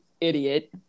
idiot